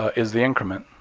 ah is the increment.